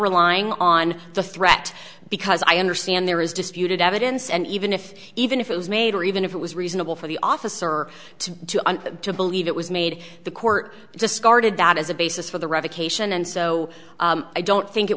relying on the threat because i understand there is disputed evidence and even if even if it was made or even if it was reasonable for the officer to believe it was made the court discarded that as a basis for the revocation and so i don't think it